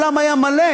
האולם היה מלא,